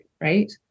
right